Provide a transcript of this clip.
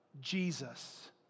Jesus